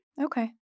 Okay